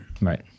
Right